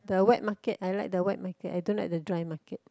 the wet market I like the wet market I don't like the dry market